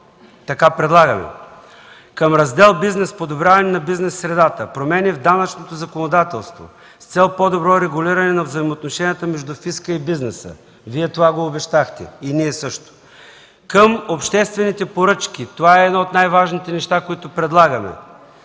така предлагаме. Към Раздел „Бизнес” – подобряване на бизнес средата. Промени в данъчното законодателство с цел по-добро регулиране на взаимоотношенията между фиска и бизнеса – Вие обещахте това и ние също. Към обществените поръчки – това е едно от най-важните неща, които предлагаме